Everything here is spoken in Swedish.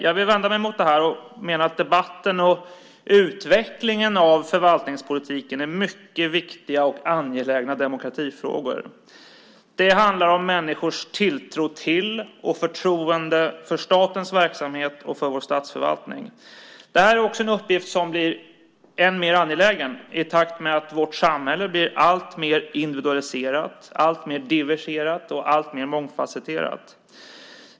Jag vill vända mig mot det här, och jag menar att debatten och utvecklingen av förvaltningspolitiken är mycket viktiga och angelägna demokratifrågor. Det handlar om människors tilltro till och förtroende för statens verksamhet och vår statsförvaltning. Det är en uppgift som blir än mer angelägen i takt med att vårt samhälle blir alltmer individualiserat, diversifierat och mångfasetterat.